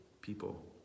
people